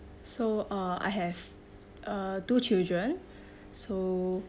so uh I have uh two children so